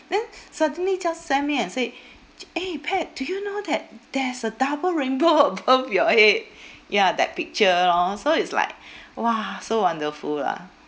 then suddenly just send me and say eh pat do you know that there's a double rainbow above your head ya that picture lor so it's like !wah! so wonderful lah